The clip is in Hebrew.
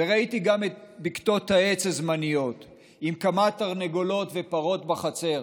וראיתי גם את בקתות העץ הזמניות עם כמה תרנגולות ופרות בחצר.